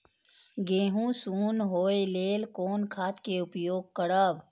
गेहूँ सुन होय लेल कोन खाद के उपयोग करब?